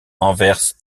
anvers